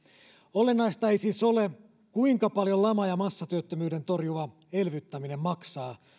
olennaista ei siis ole kuinka paljon lama ja massatyöttömyyden torjuva elvyttäminen maksaa